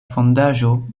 fondaĵo